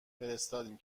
فرستادیم